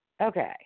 Okay